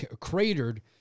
cratered